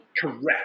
Correct